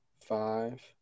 five